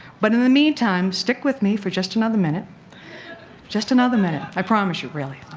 but in the meantime stick with me for just another minute just another minute i promise you really.